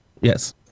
Yes